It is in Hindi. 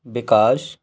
विकास